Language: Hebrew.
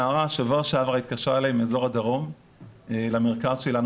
נערה בשבוע שעבר התקשרה אלי מאזור הדרום למרכז שלנו,